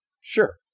sure